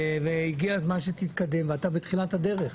הגיע הזמן שתתקדם ואתה בתחילת הדרך.